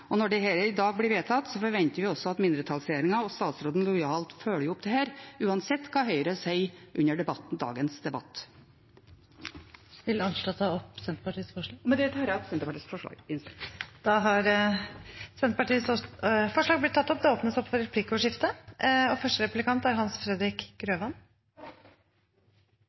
Når dette i dag blir vedtatt, forventer vi også at mindretallsregjeringen og statsråden lojalt følger det opp uansett hva Høyre sier i dagens debatt. Med det tar jeg opp Senterpartiets forslag i innstillingen. Da har representanten Marit Arnstad tatt opp det forslaget hun refererte til. Det blir replikkordskifte. I innstillingen vi behandler i dag, fremmer Senterpartiet sammen med Arbeiderpartiet og